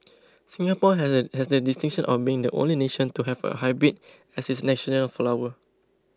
Singapore has had has the distinction of being the only nation to have a hybrid as its national flower